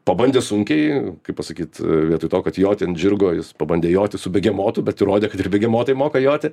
pabandė sunkiai kaip pasakyt vietoj to kad joti ant žirgo jis pabandė joti su begemotu bet įrodė kad ir begemotai moka joti